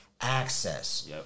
access